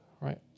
right